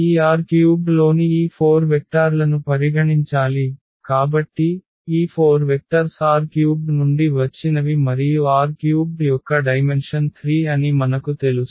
ఈ R³ లోని ఈ 4 వెక్టార్లను పరిగణించాలి కాబట్టి ఈ 4 వెక్టర్స్ R³ నుండి వచ్చినవి మరియు R³ యొక్క డైమెన్షన్ 3 అని మనకు తెలుసు